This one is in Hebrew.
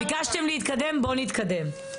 ביקשתם להתקדם, בואו נתקדם.